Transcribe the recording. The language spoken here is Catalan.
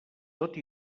tot